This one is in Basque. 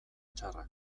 txarrak